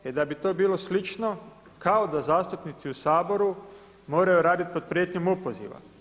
I da bi to bilo slično kao da zastupnici u Saboru moraju raditi pod prijetnjom opoziva.